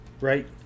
Right